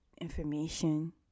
information